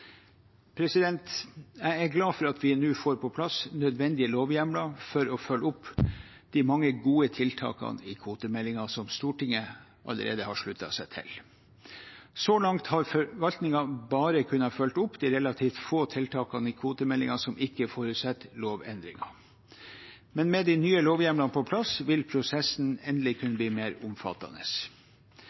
Jeg er glad for at vi nå får på plass nødvendige lovhjemler for å følge opp de mange gode tiltakene i kvotemeldingen som Stortinget allerede har sluttet seg til. Så langt har forvaltningen bare kunnet følge opp de relativt få tiltakene i kvotemeldingen som ikke forutsetter lovendringer. Med de nye lovhjemlene på plass vil prosessen endelig kunne bli mer omfattende.